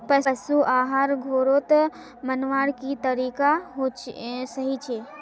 पशु आहार घोरोत बनवार की तरीका सही छे?